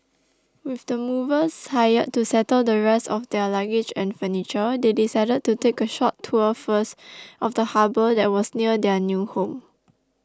with the movers hired to settle the rest of their luggage and furniture they decided to take a short tour first of the harbour that was near their new home